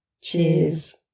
Cheers